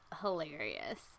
hilarious